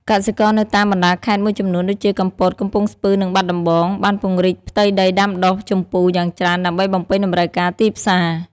កសិករនៅតាមបណ្ដាខេត្តមួយចំនួនដូចជា កំពត កំពង់ស្ពឺ និងបាត់ដំបង បានពង្រីកផ្ទៃដីដាំដុះជម្ពូយ៉ាងច្រើនដើម្បីបំពេញតម្រូវការទីផ្សារ។